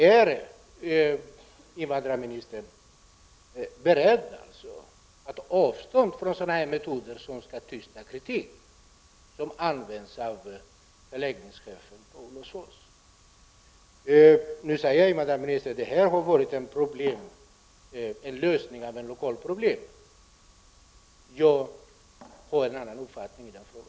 Är invandrarministern beredd att ta avstånd från sådana metoder att tysta kritik som används av förläggningschefen i Olofsfors? Nu säger invandrarministern att det som hänt har varit en lösning av ett lokalt problem. Jag har en annan uppfattning i den frågan.